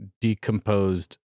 decomposed